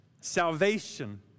salvation